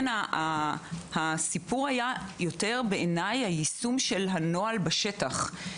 הסיפור היה היישום של הנוהל בשטח.